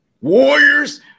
Warriors